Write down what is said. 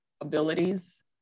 abilities